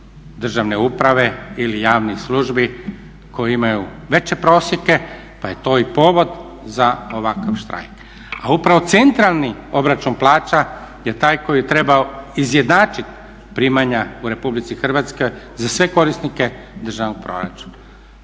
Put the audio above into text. državne uprave ili javnih službi koji imaju veće prosjeke, pa je to i povod za ovakav štrajk. A upravo centralni obračun plaća je taj koji je trebao izjednačiti primanja u RH za sve korisnike državnog proračuna.